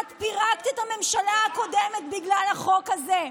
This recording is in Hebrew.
את פירקת את הממשלה הקודמת בגלל החוק הזה.